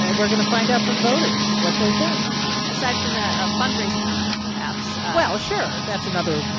ah we're going to find out from voters what they think aside from that, ah fundraising numbers, perhaps well, sure, that's another.